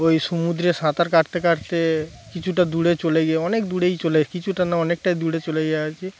ওই সমুদ্রে সাঁতার কাটতে কাটতে কিছুটা দূরে চলে গিয়ে অনেক দূরেই চলেস কিছুটা না অনেকটাই দূরে চলে যা আছে